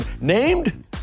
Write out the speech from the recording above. named